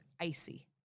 icy